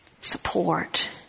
support